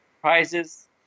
prizes